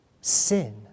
sin